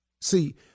See